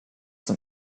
zum